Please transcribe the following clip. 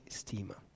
stima